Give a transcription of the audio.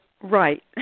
Right